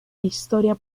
historia